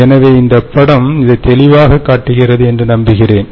எனவே இந்த படம் இதை தெளிவாக காட்டுகிறது என்று நம்புகிறேன்